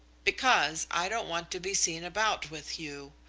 because i don't want to be seen about with you,